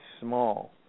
small